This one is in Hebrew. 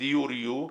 דיור יהיו,